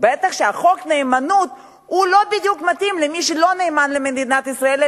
בטח שחוק הנאמנות לא בדיוק מתאים למי שלא נאמן למדינת ישראל,